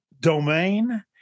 domain